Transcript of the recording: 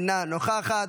אינה נוכחת,